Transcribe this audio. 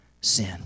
sin